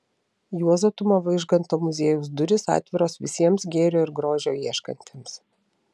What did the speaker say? juozo tumo vaižganto muziejaus durys atviros visiems gėrio ir grožio ieškantiems